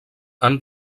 han